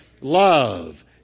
Love